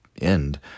end